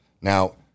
Now